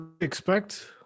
expect